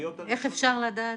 בעליות הראשונות --- איך אפשר לדעת?